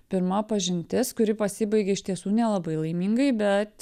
pirma pažintis kuri pasibaigė iš tiesų nelabai laimingai bet